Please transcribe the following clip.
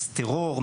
אז טרור,